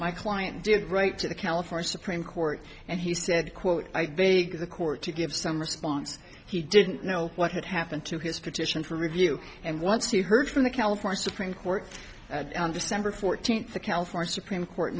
my client did write to the california supreme court and he said quote i beg the court to give some response he didn't know what had happened to his petition for review and once he heard from the california supreme court december fourteenth the california supreme court